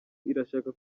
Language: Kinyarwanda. irashaka